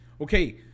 Okay